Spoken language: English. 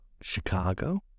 Chicago